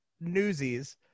Newsies